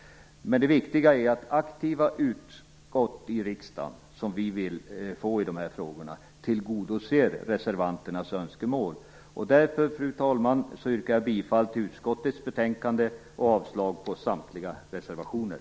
Det viktiga är att aktiva utskott i riksdagen, som vi vill få i dessa frågor, tillgodoser reservanternas önskemål. Fru talman! Jag yrkar därför bifall till utskottets hemställan och avslag på samtliga reservationer.